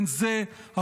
כן, זה המוסר,